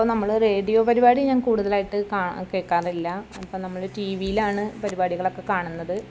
ഇപ്പോൾ നമ്മൾ റേഡിയോ പരിപാടി ഞാൻ കൂടുതലായിട്ട് കാ കേൾക്കാറില്ല ഇപ്പോൾ നമ്മൾ ടി വിയിലാണ് പരിപാടികൾ ഒക്കെ കാണുന്നത്